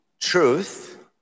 truth